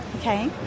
Okay